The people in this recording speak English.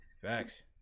facts